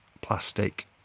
plastic